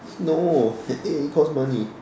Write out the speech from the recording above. no it cost money